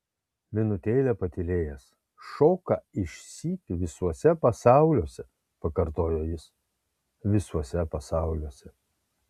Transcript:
minutėlę patylėjęs šoka išsyk visuose pasauliuose pakartojo jis visuose pasauliuose